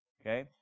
okay